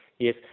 Yes